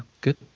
good